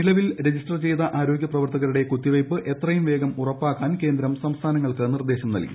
നിലവിൽ രജിസ്റ്റർ ചെയ്ത ആരോഗൃപ്രവർത്തക്കരുടെ കുത്തിവയ്പ് എത്രയും വേഗം ഉറപ്പാക്കാൻ കേന്ദ്രം സ്ഥാസ്ഥാനങ്ങൾക്ക് നിർദ്ദേശം നല്കി